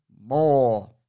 more